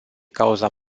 cauza